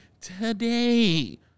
today